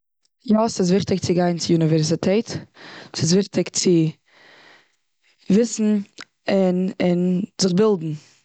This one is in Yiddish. יא, ס'איז וויכטיג צו גיין צו יוניווערסיטעט. ס'איז וויכטיג צו וויסן, און, און זיך בילדן.